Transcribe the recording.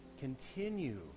continue